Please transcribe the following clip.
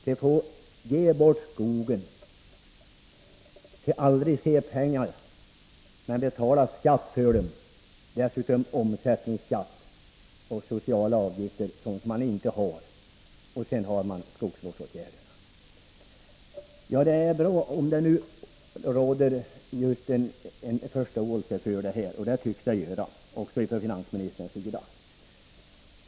De får ge bort sin skog, de ser aldrig pengarna — men de måste betala inkomstskatt, omsättningsskatt och dessutom sociala avgifter för någonting de inte har. Sedan tillkommer skogsvårdsåtgärderna. Det är bra om det finns förståelse för dessa synpunkter, och det tycks det göra även från finansministerns sida.